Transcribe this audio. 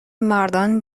مردان